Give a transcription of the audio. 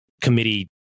committee